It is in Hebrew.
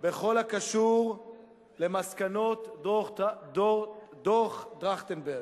בכל הקשור למסקנות דוח-טרכטנברג.